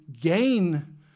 gain